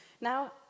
Now